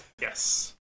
yes